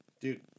Dude